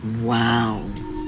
Wow